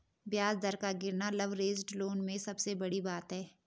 ब्याज दर का गिरना लवरेज्ड लोन में सबसे बड़ी बात है